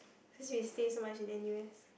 cause we stay so much in N_U_S